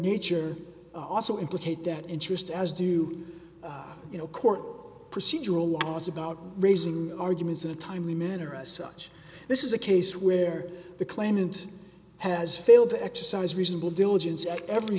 nature also implicate that interest as do you know court procedural laws about raising arguments in a timely manner as such this is a case where the claimant has failed to exercise reasonable diligence at every